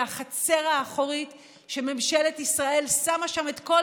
היא החצר האחורית שממשלת ישראל שמה שם את כל